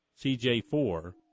CJ4